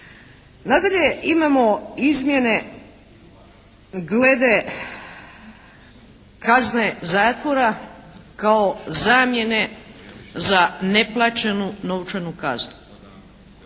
Nadalje imamo izmjene glede kazne zatvora kao zamjene za neplaćenu novčanu kaznu.